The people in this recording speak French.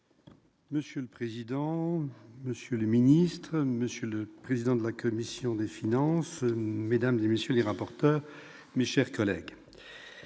Monsieur le président, monsieur le secrétaire d'État, monsieur le président de la commission des finances, madame, messieurs les rapporteurs, mes chers collègues,